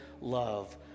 love